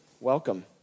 welcome